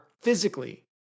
physically